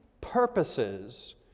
purposes